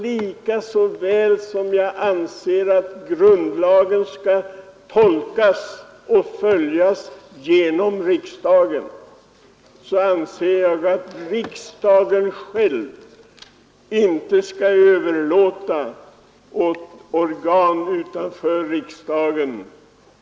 Lika väl som jag anser att grundlagen skall tolkas och följas genom riksdagen, lika väl anser jag att riksdagen inte skall överlåta känsliga frågor åt organ utanför riksdagen.